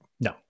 no